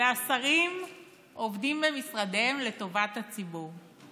והשרים עובדים במשרדיהם לטובת הציבור.